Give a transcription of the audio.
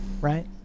right